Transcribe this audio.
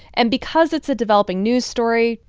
and because it's a developing news story,